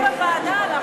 בוועדה אנחנו